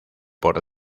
por